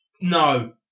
No